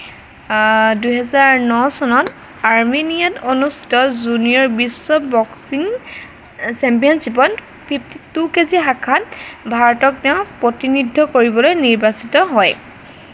দুই হাজাৰ ন চনত আৰ্মেনীয়াত অনুস্থিত জুনিয়ৰ বিশ্ব বক্সিং চেম্পিয়নশ্বিপত ফিফটি টু কেজি শাখাত ভাৰতক তেওঁ প্ৰতিনিধিত্ব কৰিবলৈ নিৰ্বাচিত হয়